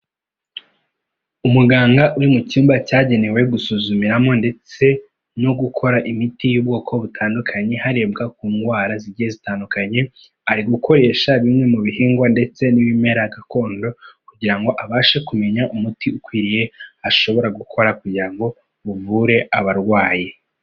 Umuganga uri mu cyumba cyagenewe gusuzumiramo, ndetse no gukora imiti y'ubwoko butandukanye, harebwa ku ndwara zigiye zitandukanye, ari gukoresha bimwe mu bihingwa ndetse n'ibimera gakondo kugira ngo abashe kumenya umuti ukwiriye ashobora gukora kugira ngo uvure abarwayi.